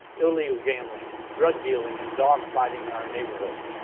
illegal gambling, drug dealing and dog fighting in our neighborhoods.